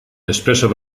nespresso